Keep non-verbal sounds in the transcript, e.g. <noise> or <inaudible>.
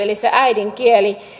<unintelligible> eli se äidinkieli